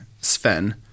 Sven